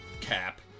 cap